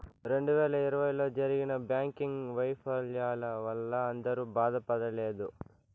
రెండు వేల ఇరవైలో జరిగిన బ్యాంకింగ్ వైఫల్యాల వల్ల అందరూ బాధపడలేదు